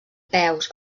peus